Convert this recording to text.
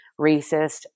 racist